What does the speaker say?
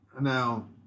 now